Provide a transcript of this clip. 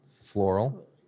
Floral